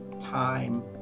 time